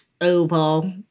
oval